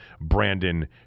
Brandon